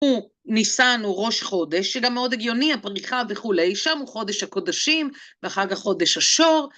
הוא ניסן, הוא ראש חודש שזה גם מאד הגיוני, הפריחה וכולי, שם הוא חודש הקודשים, ואחר כך חודש השור.